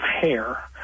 hair